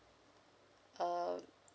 um